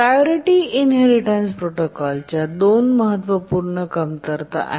priority inheritance protocol च्या दोन महत्त्वपूर्ण कमतरता आहेत